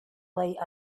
like